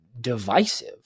divisive